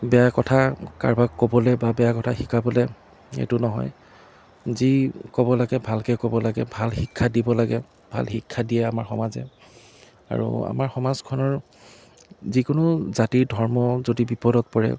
বেয়া কথা কাৰোবাক ক'বলৈ বা বেয়া কথা শিকাবলৈ এইটো নহয় যি ক'ব লাগে ভালকৈ ক'ব লাগে ভাল শিক্ষা দিব লাগে ভাল শিক্ষা দিয়ে আমাৰ সমাজে আৰু আমাৰ সমাজখনৰ যিকোনো জাতি ধৰ্ম যদি বিপদত পৰে